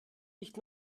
nicht